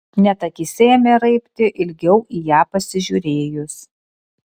net akyse ėmė raibti ilgiau į ją pasižiūrėjus